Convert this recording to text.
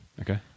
Okay